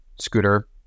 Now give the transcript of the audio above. scooter